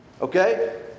okay